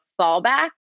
fallback